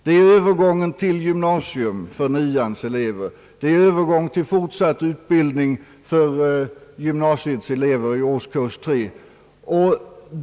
Det gäller övergång till gymnasium från 9:an, det gäller övergång till fortsatt utbildning för gymnasiets elever i årskurs 3.